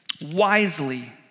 wisely